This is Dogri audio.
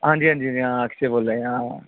हां जी हां जी हां अक्षय बोलै दे हां